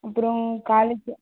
அப்புறோம் காலேஜ்ஜூ